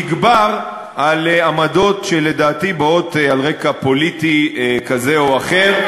תגבר על עמדות שלדעתי באות על רקע פוליטי כזה או אחר,